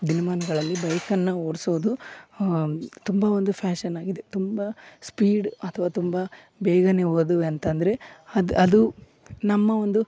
ದಿನ್ಮಾನಗಳಲ್ಲಿ ಬೈಕನ್ನ ಓಡ್ಸೋದು ತುಂಬಾ ಒಂದು ಫ್ಯಾಶನಾಗಿದೆ ತುಂಬಾ ಸ್ಪೀಡ್ ಅಥವಾ ತುಂಬಾ ಬೇಗನೆ ಹೊದಿವಿ ಅಂತಂದರೆ ಅದು ಅದು ನಮ್ಮ ಒಂದು